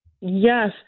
Yes